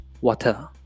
water